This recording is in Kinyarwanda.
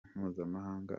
mpuzamahanga